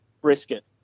brisket